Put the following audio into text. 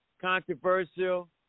Controversial